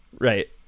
Right